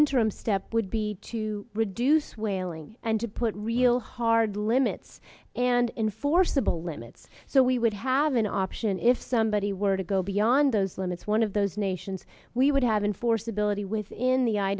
interim step would be to reduce whaling and to put real hard limits and in forcible limits so we would have an option if somebody were to go beyond those limits one of those nations we would have been for stability within the